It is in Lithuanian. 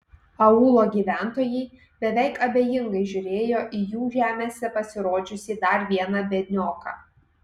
aūlo gyventojai beveik abejingai žiūrėjo į jų žemėse pasirodžiusį dar vieną biednioką